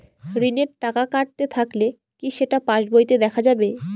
ঋণের টাকা কাটতে থাকলে কি সেটা পাসবইতে দেখা যাবে?